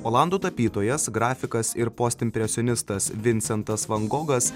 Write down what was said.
olandų tapytojas grafikas ir postimpresionistas vincentas van gogas